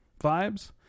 vibes